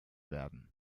werden